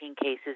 cases